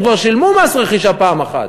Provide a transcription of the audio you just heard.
כבר שילמו מס רכישה פעם אחת.